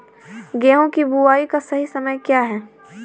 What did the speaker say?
गेहूँ की बुआई का सही समय क्या है?